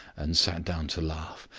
and sat down to laugh,